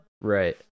Right